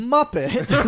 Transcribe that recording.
Muppet